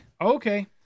okay